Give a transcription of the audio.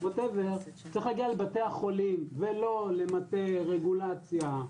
צריך להגיע לבתי החולים ולא למטה רגולציה.